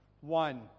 One